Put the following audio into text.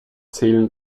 zählen